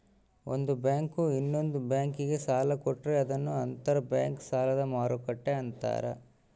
ಒಂದು ಬ್ಯಾಂಕು ಇನ್ನೊಂದ್ ಬ್ಯಾಂಕಿಗೆ ಸಾಲ ಕೊಟ್ರೆ ಅದನ್ನ ಅಂತರ್ ಬ್ಯಾಂಕ್ ಸಾಲದ ಮರುಕ್ಕಟ್ಟೆ ಅಂತಾರೆ